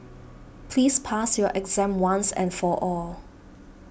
please pass your exam once and for all